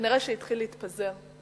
כנראה התחיל להתפזר,